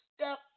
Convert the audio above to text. step